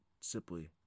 simply